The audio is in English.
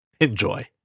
Enjoy